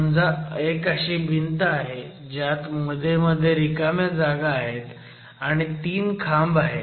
समजा एक अशी भिंत आहे ज्यात मध्ये रिकाम्या जागा आहेत आणि 3 खांब आहेत